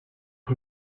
cru